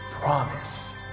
promise